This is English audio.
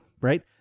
Right